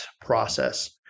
process